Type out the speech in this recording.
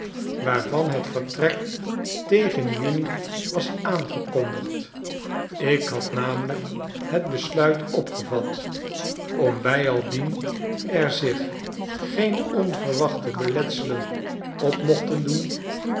waarvan het vertrek tegen juni was aangekondigd ik had namelijk het besluit opgevat om biyaldien er zich geen onverwachte beletselen op mochten doen